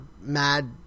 mad